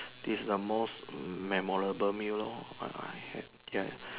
this the most memorable meal lor I have ya